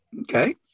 Okay